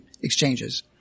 exchanges